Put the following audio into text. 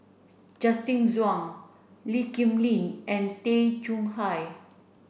Justin Zhuang Lee Kip Lin and Tay Chong Hai